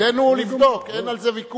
תפקידנו הוא לבדוק, אין על זה ויכוח.